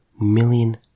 million